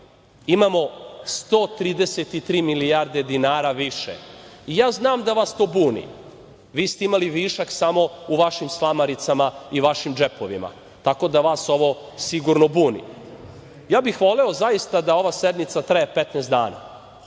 Imamo 133 milijarde dinara više. Ja znam da vas to buni. Vi ste imali višak samo u vašim slamaricama i vašim džepovima, tako da vas ovo sigurno buni. Ja bih voleo zaista da ova sednica traje 15 dana